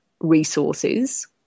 resources